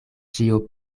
ĉio